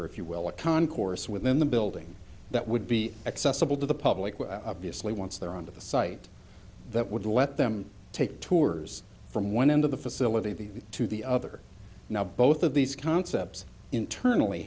quarter if you will at concourse within the building that would be accessible to the public obviously once they're on to the site that would let them take tours from one end of the facility to the other now both of these concepts internally